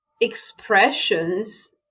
expressions